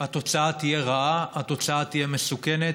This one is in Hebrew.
התוצאה תהיה רעה, התוצאה תהיה מסוכנת,